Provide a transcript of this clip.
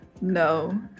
No